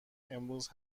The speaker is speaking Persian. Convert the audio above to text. امروز